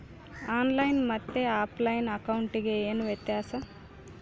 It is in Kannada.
ಆನ್ ಲೈನ್ ಮತ್ತೆ ಆಫ್ಲೈನ್ ಅಕೌಂಟಿಗೆ ಏನು ವ್ಯತ್ಯಾಸ?